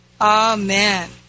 Amen